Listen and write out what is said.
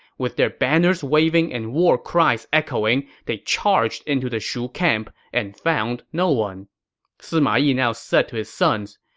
with their banners waving and war cries echoing, they charged into the shu camp and found no one sima yi now said to his sons,